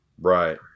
Right